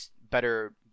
better